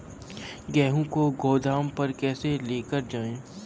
गेहूँ को गोदाम पर कैसे लेकर जाएँ?